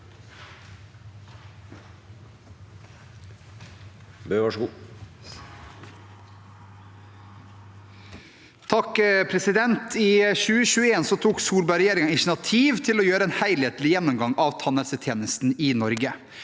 (H) I 2021 tok Sol- berg-regjeringen initiativ til å gjøre en helhetlig gjennomgang av tannhelsetjenesten i Norge,